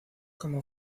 como